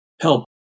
help